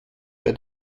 bei